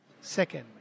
Second